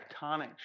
tectonic